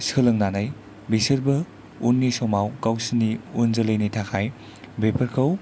सोलोंनानै बेसोरबो उननि समाव गावसोरनि उनजोलैनि थाखाय बेफोरखौ